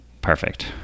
perfect